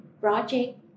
project